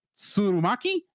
surumaki